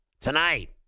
tonight